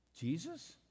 Jesus